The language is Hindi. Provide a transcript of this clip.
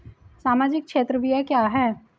सामाजिक क्षेत्र व्यय क्या है?